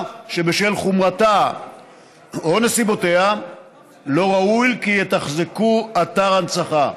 שבשל חומרתה או נסיבותיה לא ראוי כי יתחזקו אתר הנצחה.